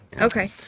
Okay